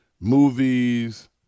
movies